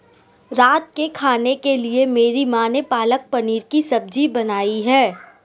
रात के खाने के लिए मेरी मां ने पालक पनीर की सब्जी बनाई है